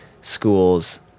school's